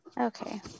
Okay